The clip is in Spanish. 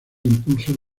impulso